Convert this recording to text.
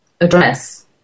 address